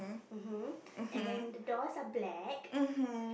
uh huh and then the doors are black